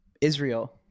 Israel